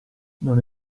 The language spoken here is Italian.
non